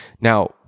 Now